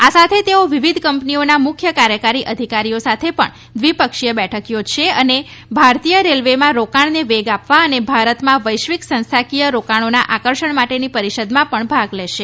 આ સાથે તેઓ વિવિધ કંપનીઓના મુખ્ય કાર્યકારી અધિકારીઓ સાથે પણ દ્વિપક્ષીય બેઠક યોજશે અને ભારતીય રેલવેમાં રોકાણને વેગ આપવા અને ભારતમાં વૈશ્વિક સંસ્થાકીય રોકાણોનો આકર્ષણ માટેની પરિષદમાં પણ ભાગ લેશે